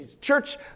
church